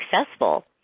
successful